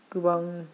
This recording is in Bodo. गोबां